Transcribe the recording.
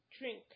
drink